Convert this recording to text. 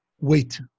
wait